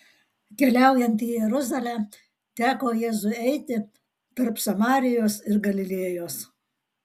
keliaujant į jeruzalę teko jėzui eiti tarp samarijos ir galilėjos